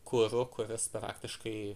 kuru kuris praktiškai